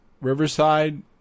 riverside